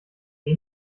wie